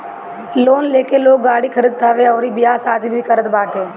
loan लेके लोग गाड़ी खरीदत हवे अउरी बियाह शादी भी करत बाटे